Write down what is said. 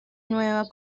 nueva